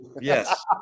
Yes